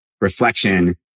reflection